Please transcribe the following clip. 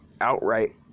outright